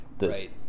Right